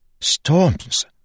Storm's